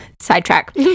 sidetrack